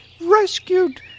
rescued